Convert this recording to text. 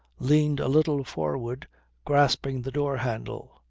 leaned a little forward grasping the door handle.